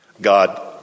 God